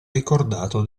ricordato